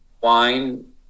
wine